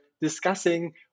discussing